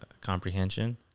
comprehension